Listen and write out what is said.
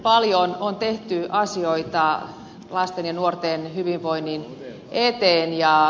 paljon on tehty asioita lasten ja nuorten hyvinvoinnin eteen